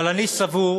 אבל אני סבור,